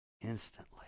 instantly